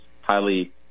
highly